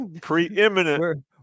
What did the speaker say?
preeminent